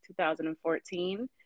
2014